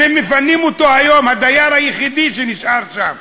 אם הם מפנים אותו היום, הדייר היחיד שנשאר שם,